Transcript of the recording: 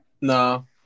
No